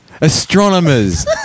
Astronomers